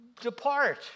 Depart